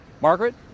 Margaret